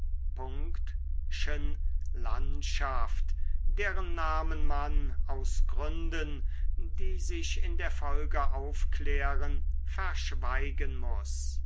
landstadt deren namen man aus gründen die sich in der folge aufklären verschweigen muß